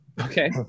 Okay